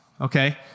okay